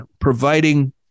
providing